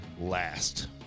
last